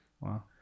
Wow